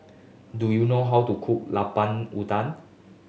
do you know how to cook Lemper Udang